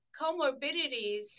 comorbidities